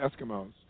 Eskimos